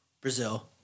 Brazil